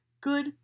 Good